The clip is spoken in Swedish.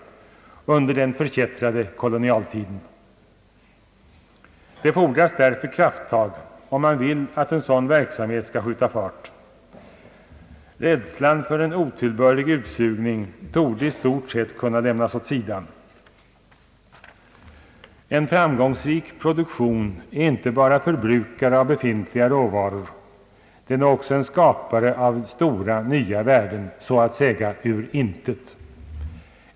— under den förkättrade kolonialtiden. Det fordras därför krafttag, om man vill att en sådan verksamhet skall skjuta fart. Rädslan för en otillbörlig utsugning torde i stort sett kunna lämnas åt sidan. En framgångsrik produktion är inte bara förbrukare av befintliga råvaror, den är också skapare av stora nya värden, så att säga ur intet.